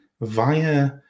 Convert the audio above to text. via